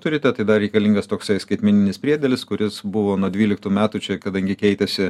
turite tai dar reikalingas toksai skaitmeninis priedėlis kuris buvo nuo dvyliktų metų čia kadangi keitėsi